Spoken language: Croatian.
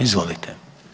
Izvolite.